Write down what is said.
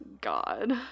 God